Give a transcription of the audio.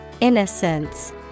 Innocence